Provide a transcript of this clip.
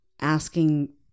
asking